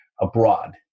abroad